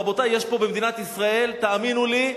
רבותי, יש פה במדינת ישראל, תאמינו לי,